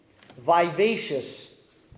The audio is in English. vivacious